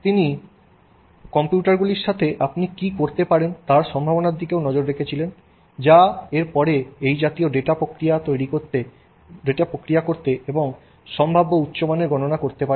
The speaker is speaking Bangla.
তিনি কম্পিউটারগুলির সাথে আপনি কী করতে পারেন তার সম্ভাবনার দিকেও নজর রেখেছিলেন যা এরপরে এই জাতীয় ডেটা প্রক্রিয়া করতে এবং সম্ভাব্য উচ্চ মানের গণনা করতে পারে